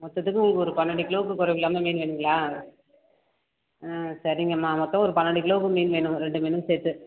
மொத்தத்துக்கு ஒரு ஒரு பன்னெண்டு கிலோவுக்கு குறைவில்லாம மீன் வேணுங்களா ஆ சரிங்கம்மா மொத்தம் ஒரு பன்னெண்டு கிலோவுக்கு மீன் வேணும் ரெண்டு மீனும் சேர்த்து